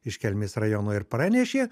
iš kelmės rajono ir pranešė